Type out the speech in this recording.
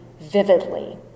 vividly